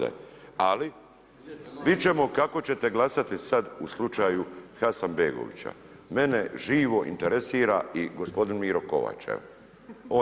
Ali vidjet ćemo kako ćete glasati sada u slučaju Hasanbegovića, mene živo interesira i gospodin Miro Kovač evo.